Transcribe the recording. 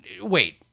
wait